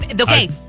Okay